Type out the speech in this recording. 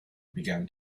began